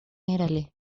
italy